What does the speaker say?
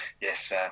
yes